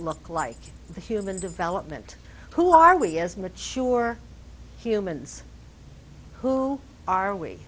look like the human development who are we as mature humans who are we